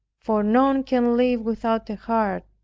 for none can live without a heart,